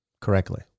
correctly